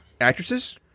actresses